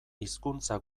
hizkuntza